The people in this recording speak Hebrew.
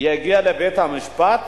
יגיע לבית-המשפט.